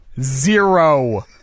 Zero